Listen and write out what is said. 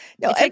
No